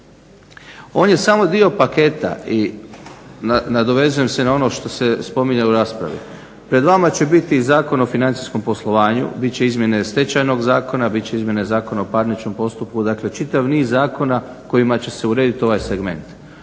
on je samo dio paketa i nadovezujem se na ono što se spominjalo u raspravi. Pred vama će biti i Zakon o financijskom poslovanju, bit će izmjene Stečajnog zakona, bit će izmjene Zakona o parničnom postupku. Dakle, čitav niz zakona kojima će se urediti ovaj segment.